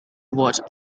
what